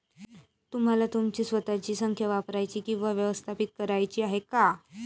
तुम्हाला तुमची स्वतःची संख्या वापरायची किंवा व्यवस्थापित करायची आहे का?